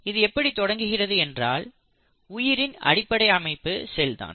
இது எப்படி தொடங்குகிறது என்றால் உயிரின் அடிப்படை அமைப்பு செல் தான்